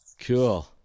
Cool